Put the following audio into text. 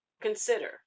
consider